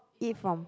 eat from